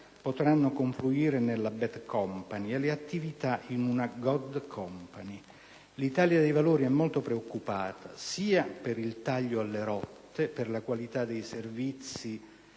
potranno confluire in una *bad* *company* e le attività in una *good* *company*. L'Italia dei Valori è molto preoccupata sia per il taglio alle rotte, per la qualità dei servizi